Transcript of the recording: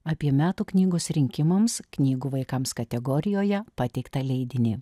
apie metų knygos rinkimams knygų vaikams kategorijoje pateiktą leidinį